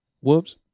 whoops